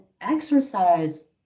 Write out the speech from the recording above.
exercise